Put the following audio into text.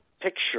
picture